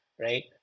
right